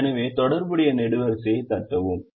எனவே தொடர்புடைய நெடுவரிசையைத் தட்டவும்